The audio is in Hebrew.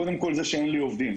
קודם כל זה שאין לי עובדים.